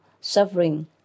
suffering